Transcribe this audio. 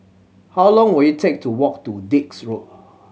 how long will it take to walk to Dix Road